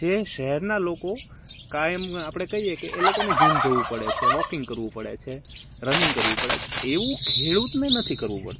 જે શહેરના લોકો કાયમ આપડે કઈએ કે એ લોકોને જિમ જવું પડે છે વોકિંગ કરવું પડે છે રનિંગ કરવું પડે છે એવું ખેડૂતને નથી કરવું પડતું